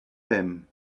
him